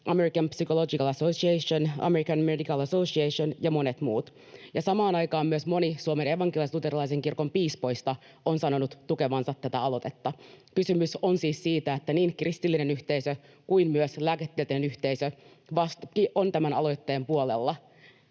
American Psychological Association, American Medical Association ja monet muut. Samaan aikaan myös moni Suomen evankelis-luterilaisen kirkon piispoista on sanonut tukevansa tätä aloitetta. Kysymys on siis siitä, että niin kristillinen yhteisö kuin myös lääketieteellinen yhteisö ovat tämän aloitteen puolella.